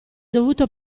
dovuto